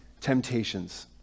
temptations